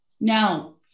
Now